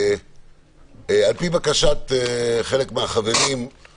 הצעת חוק סמכויות מיוחדות להתמודדות עם נגיף הקורונה החדש